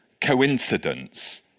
coincidence